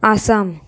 Assam